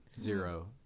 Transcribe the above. zero